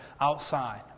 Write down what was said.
Outside